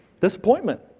Disappointment